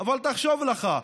תחשוב לך,